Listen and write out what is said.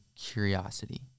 curiosity